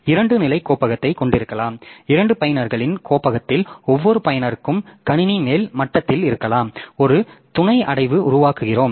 எனவே இரண்டு நிலை கோப்பகத்தைக் கொண்டிருக்கலாம் இரண்டு பயனர்களின் கோப்பகத்தில் ஒவ்வொரு பயனருக்கும் கணினி மேல் மட்டத்தில் இருக்கலாம் ஒரு துணை அடைவை உருவாக்குகிறோம்